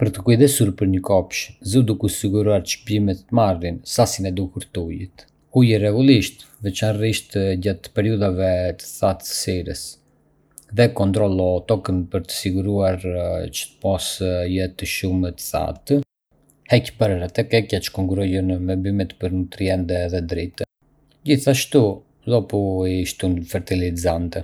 Për të kujdesur për një kopsh, Zë duke u siguruar që bimët të marrin sasinë e duhur të ujit. Ujiti rregullisht, veçanërisht gjatë periudhave të thatësirës, dhe kontrollo tokën për të siguruar që të mos jetë shumë e thatë. Heq barërat e këqija që konkurrojnë me bimët për nutrientë dhe dritë. Gjithashtu, dopu i shtën fertilizante.